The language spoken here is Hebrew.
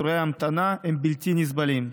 ותורי ההמתנה הם בלתי נסבלים.